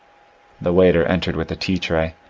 the waiter entered with a tea-tray.